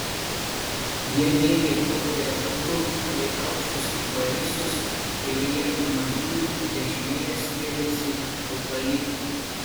jie lėkė po viaduku palei aukštus kiparisus kairėje vynuogynai o dešinėje stiebėsi eukaliptai